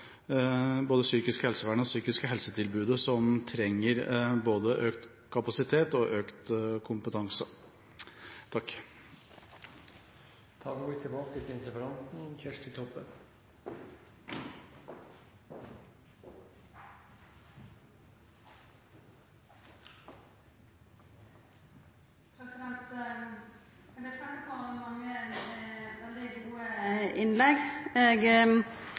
både det psykiske helsevernet og det psykiske helsetilbudet som trenger økt kapasitet og økt kompetanse. Eg vil takka for mange veldig gode innlegg.